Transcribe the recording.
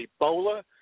Ebola